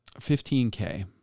15K